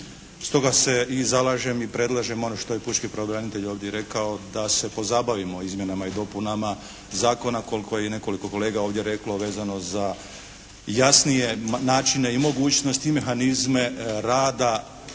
Stoga se i zalažem i predlažem ono što je pučki pravobranitelj ovdje rekao da se pozabavimo izmjenama i dopunama zakona koliko je nekoliko kolega ovdje reklo vezano za jasnije načine i mogućnosti i mehanizme rada